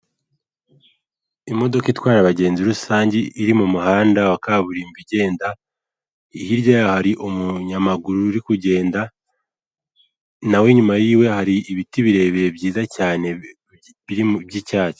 imodoka itwaye abagenzi rusange iri m'umuhanda wa kaburimbo igenda, hirya yayo hari umunyamaguru uri kugenda nawe inyuma yiwe hari ibiti birebire byiza cyane by'icyatsi.